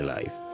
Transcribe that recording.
Life